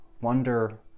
wonder